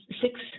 six